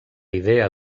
idea